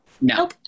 No